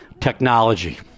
Technology